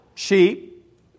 Sheep